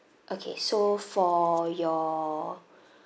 okay so for your